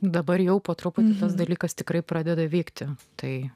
dabar jau po truputį tas dalykas tikrai pradeda vykti tai